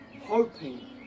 hoping